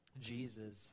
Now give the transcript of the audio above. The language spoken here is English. Jesus